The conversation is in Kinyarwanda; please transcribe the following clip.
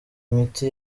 imiti